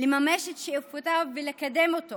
לממש את שאיפותיו ולקדם אותו